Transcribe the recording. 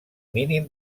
mínim